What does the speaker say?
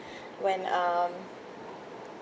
when um